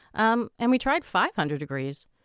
um and we tried five hundred degrees,